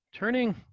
Turning